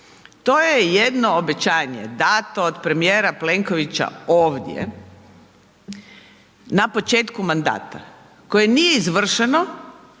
To je jedno obećanje dato od premijera Plenkovića ovdje na početku mandata koje nije izvršeno,